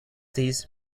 this